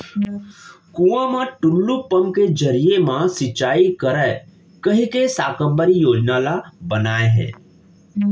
कुँआ म टूल्लू पंप के जरिए म सिंचई करय कहिके साकम्बरी योजना ल बनाए हे